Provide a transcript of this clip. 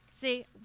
See